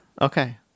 okay